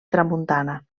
tramuntana